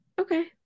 Okay